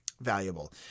valuable